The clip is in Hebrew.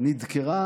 ונדקרה